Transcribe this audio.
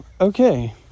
okay